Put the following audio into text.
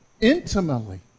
intimately